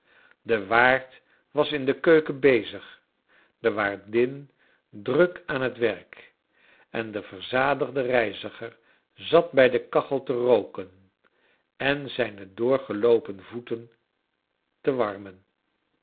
de waard was in de keuken bezig de waardin druk aan het werk en de verzadigde reiziger zat bij de kachel te rooken en zijne doorgeloopen voeten te warmen